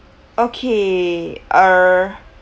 okay uh